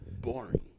boring